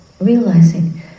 realizing